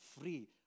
free